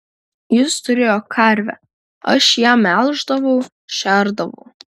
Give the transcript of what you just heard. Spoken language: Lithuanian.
jis turėjo karvę aš ją melždavau šerdavau